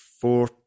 four